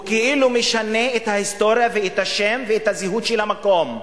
הוא כאילו משנה את ההיסטוריה ואת השם ואת הזהות של המקום.